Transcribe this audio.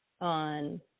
on